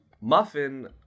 Muffin